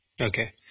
Okay